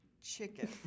Chicken